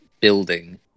building